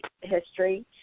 history